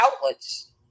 outlets